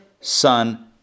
son